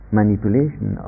manipulation